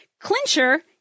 Clincher